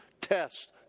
Test